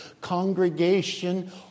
Congregation